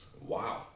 Wow